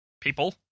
people